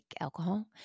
alcohol